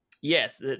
yes